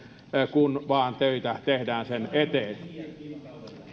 kun vain töitä tehdään sen eteen